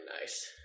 nice